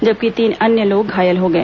जबकि तीन अन्य लोग घायल हो गए